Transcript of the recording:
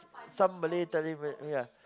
some Malay telemovie yeah